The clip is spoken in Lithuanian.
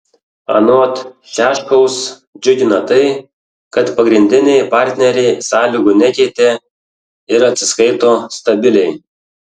anot šiaškaus džiugina tai kad pagrindiniai partneriai sąlygų nekeitė ir atsiskaito stabiliai